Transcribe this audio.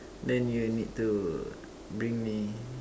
then you need to bring me